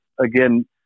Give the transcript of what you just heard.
again